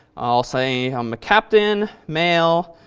i'll say i'm a captain, male.